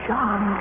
John